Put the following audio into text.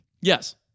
Yes